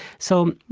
so,